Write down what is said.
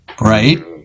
right